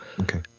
okay